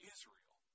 Israel